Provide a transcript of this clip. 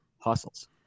hustles